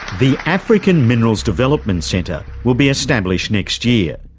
the african minerals development centre will be established next year.